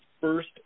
first